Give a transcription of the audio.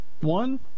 one